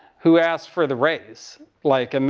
who asks for the raise. like and i,